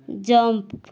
jump